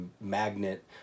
magnet